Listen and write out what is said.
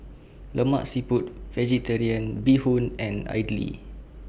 Lemak Siput Vegetarian Bee Hoon and Idly